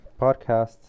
podcast